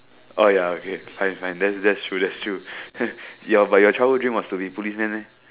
oh ya okay fine fine then that's true that's true your but your childhood dream was to be policeman meh